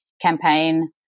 campaign